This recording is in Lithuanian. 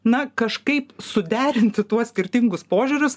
na kažkaip suderinti tuos skirtingus požiūrius